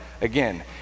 again